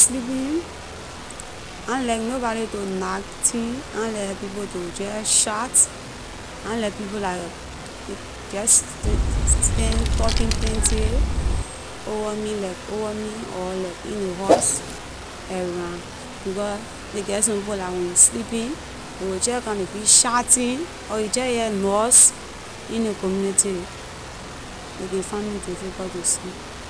Sleeping- ahn like nobody to knock thing, ahn like to jeh shout, ahn like people lah jeh s- s- stand talking plenty, over me like over me or like in the house- around, becor lay geh some people dah wen you sleeping, they will jeh come they be shouting or you jeh hear in the community. It can find me difficult to sleep.